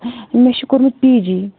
مےٚ چھُ کوٚرمُت پی جی